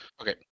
Okay